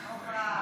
הופה.